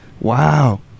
Wow